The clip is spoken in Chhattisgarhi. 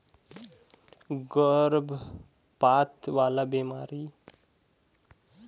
गरभपात वाला बेमारी में पसू ल लइका पइदा होए कर सबो लक्छन हर दिखई देबर लग जाथे